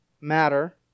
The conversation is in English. Matter